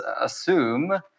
assume